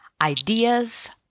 ideas